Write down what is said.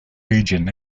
legion